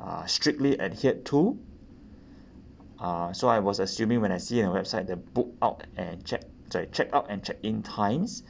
uh strictly adhered to uh so I was assuming when I see on the website the book out and check sorry check out and check in times